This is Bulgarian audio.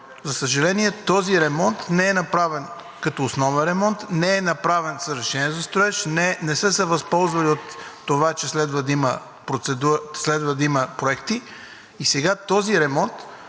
За съжаление, този ремонт не е направен като основен ремонт, не е направен с разрешение за строеж, не са се възползвали от това, че следва да има проекти, и сега в момента